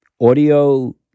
audio